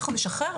אנחנו נשחרר?